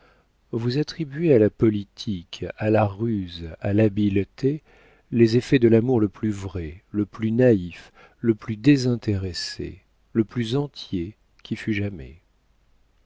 vous attribuez à la politique à la ruse à l'habileté les effets de l'amour le plus vrai le plus naïf le plus désintéressé le plus entier qui fut jamais